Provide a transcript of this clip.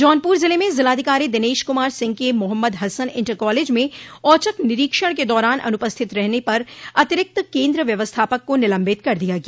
जौनपुर जिले में जिलाधिकारी दिनेश कुमार सिंह के मोहम्मद हसन इंटर कॉलेज में औचक निरीक्षण के दौरान अनुपस्थित रहने पर अतिरिक्त केन्द्र व्यवस्थापक को निलम्बित कर दिया गया